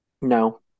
no